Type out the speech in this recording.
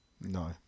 No